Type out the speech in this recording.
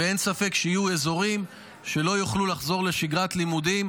ואין ספק שיהיו אזורים שלא יוכלו לחזור לשגרת לימודים